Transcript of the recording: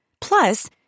Plus